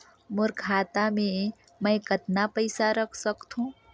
मोर खाता मे मै कतना पइसा रख सख्तो?